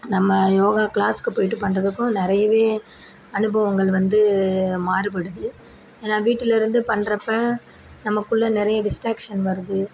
நம்ம யோகா க்ளாஸ்க்கு போய்ட்டு பண்ணுறதுக்கும் நிறையவே அனுபவங்கள் வந்து மாறுபடுது ஏன்னால் வீட்டுலேருந்து பண்ணுறப்ப நமக்குள்ளே நிறைய டிஸ்டாக்ஷன் வருது